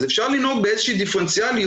אז אפשר לנהוג באיזה שהיא דיפרנציאליות,